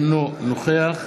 אינו נוכח